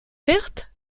pertes